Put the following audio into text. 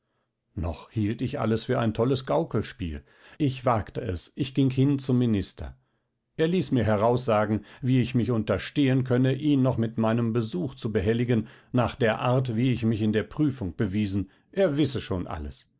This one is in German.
noch hielt ich alles für ein tolles gaukelspiel ich wagte es ich ging hin zum minister er ließ mir heraussagen wie ich mich unterstehen könne ihn noch mit meinem besuch zu behelligen nach der art wie ich mich in der prüfung bewiesen er wisse schon alles